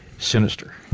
Sinister